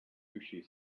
sushi